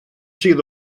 sydd